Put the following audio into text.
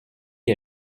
les